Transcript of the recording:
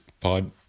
pod